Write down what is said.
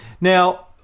Now